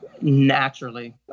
naturally